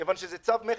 כיוון שזה צו מכס.